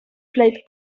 played